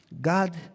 God